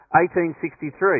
1863